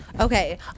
Okay